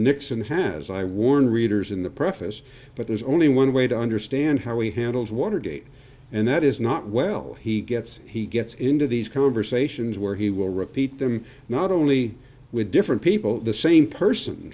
nixon has i warn readers in the preface but there's only one way to understand how he handles watergate and that is not well he gets he gets into these conversations where he will repeat them not only with different people the same person